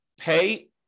pay